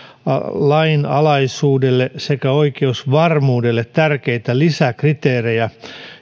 lainalaisuudelle sekä oikeusvarmuudelle tärkeitä lisäkriteerejä